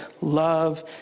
love